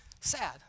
sad